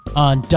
on